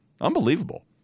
Unbelievable